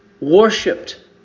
worshipped